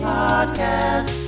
podcast